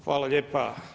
Hvala lijepa.